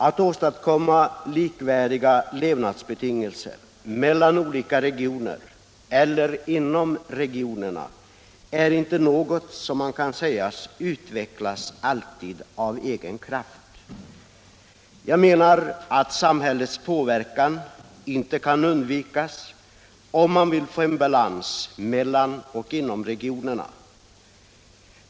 En utveckling mot likvärdiga levnadsbetingelser för olika regioner och inom regionerna kan inte alltid åstadkommas av egen kraft. Samhällets medverkan kan inte undvaras, om man vill åstadkomma balans mellan och inom regionerna.